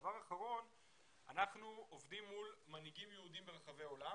אנחנו עובדים מול מנהיגים יהודים ברחבי העולם